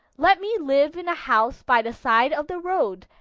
let me live in a house by the side of the road,